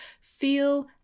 feel